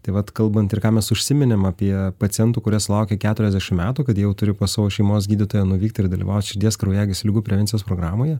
tai vat kalbant ir ką mes užsiminėm apie pacientų kurie sulaukia keturiasdešimt metų kad jie jau turi pas savo šeimos gydytoją nuvykt ir dalyvaut širdies kraujagyslių ligų prevencijos programoje